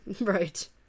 Right